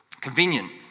Convenient